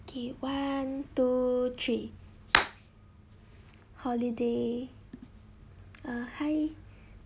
okay one two three holiday uh hi